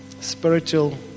spiritual